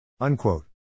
Unquote